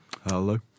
Hello